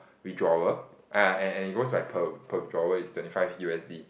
withdrawal and and and it goes by per per withdrawal it's twenty five u_s_d